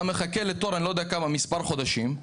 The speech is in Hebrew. אתה מחכה לתור מספר חודשים,